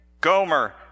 Gomer